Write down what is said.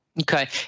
Okay